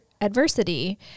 adversity